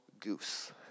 goose